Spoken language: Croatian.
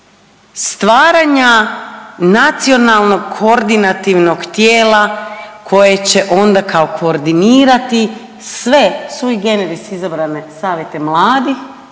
stvaranja nacionalnog koordinativnog tijela koje će onda kao koordinirati sve sui generis izabrane savjete mladih